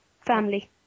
family